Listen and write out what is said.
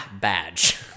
badge